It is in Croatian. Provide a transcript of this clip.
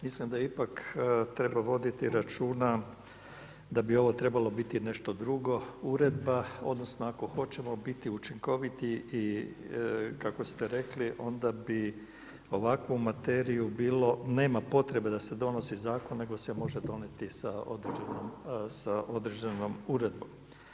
Mislim da ipak treba voditi računa, da bi ovo trebalo biti nešto drugo, Uredba, odnosno ako hoćemo biti učinkoviti i kako ste rekli, onda bi ovakvu materiju bilo, nema potrebe da se donosi Zakon nego se može donijeti i sa određenom Uredbom.